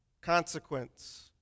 Consequence